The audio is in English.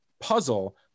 puzzle